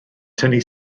tynnu